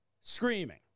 screaming